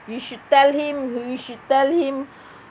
we should tell him we should tell him